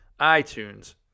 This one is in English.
iTunes